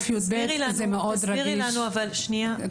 תסבירי לנו בבקשה,